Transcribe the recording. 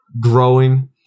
growing